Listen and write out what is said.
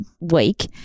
week